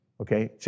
Okay